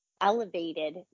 elevated